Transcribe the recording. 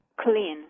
Clean